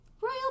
royal